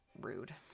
rude